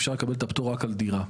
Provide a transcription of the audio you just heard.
אפשר לקבל את הפטור רק על דירה.